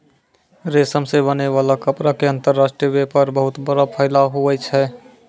रेशम से बनै वाला कपड़ा के अंतर्राष्ट्रीय वेपार बहुत बड़ो फैलाव हुवै छै